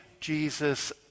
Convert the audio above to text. Jesus